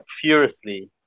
furiously